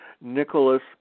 Nicholas